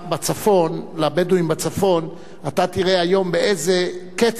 אתה תראה היום באיזה קצב נבנה המחלף של יגור.